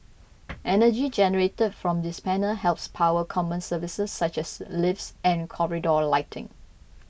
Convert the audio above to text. energy generated from these panels helps power common services such as lifts and corridor lighting